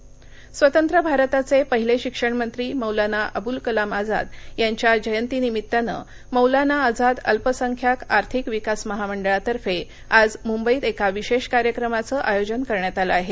जयंती स्वतंत्र भारताचे पहिले शिक्षणमंत्री मौलाना अबुल कलाम आजाद यांच्या जयंती निमित्तानं मौलाना आजाद अल्पसंख्याक आर्थिक विकास महामंडळातर्फे आज मुंबईत एका विशेष कार्यक्रमाचं आयोजन करण्यात आलं आहे